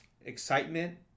excitement